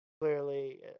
clearly